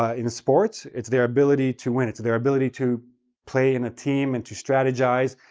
ah in sports, it's their ability to win, it's their ability to play in a team and to strategize,